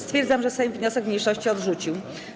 Stwierdzam, że Sejm wniosek mniejszości odrzucił.